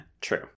True